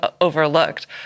overlooked